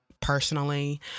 personally